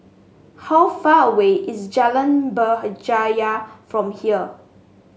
how far away is Jalan Berjaya from here